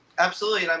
absolutely.